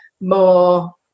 More